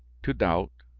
to doubt,